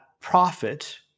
profit